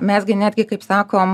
mes gi netgi kaip sakom